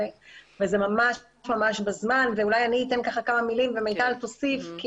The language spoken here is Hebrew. וזה ממש ממש בזמן ואולי אני אתן כמה מילים ומיטל תוסיף,